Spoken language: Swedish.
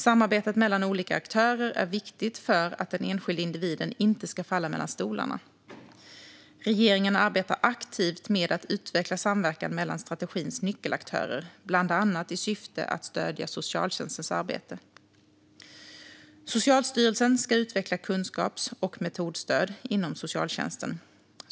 Samarbetet mellan olika aktörer är viktigt för att den enskilde individen inte ska falla mellan stolarna. Regeringen arbetar aktivt med att utveckla samverkan mellan strategins nyckelaktörer, bland annat i syfte att stödja socialtjänstens arbete. Socialstyrelsen ska utveckla kunskaps och metodstöd inom socialtjänsten.